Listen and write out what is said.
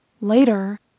Later